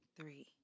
three